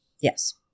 yes